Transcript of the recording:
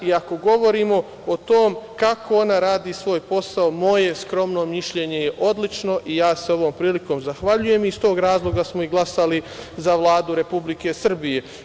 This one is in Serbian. Ako govorimo o tome kako ona radi svoj posao, moje skromno mišljenje je odlično i ja se ovom prilikom zahvaljujem i iz tog razloga smo glasali za Vladu Republike Srbije.